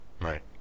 Right